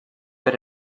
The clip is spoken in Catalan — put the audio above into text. per